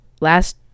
last